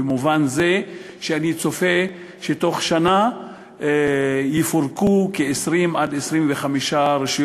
במובן זה שאני צופה שבתוך שנה יפורקו 20 25 רשויות